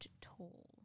tall